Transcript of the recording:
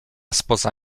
spoza